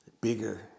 bigger